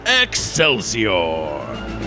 Excelsior